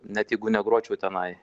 net jeigu negročiau tenai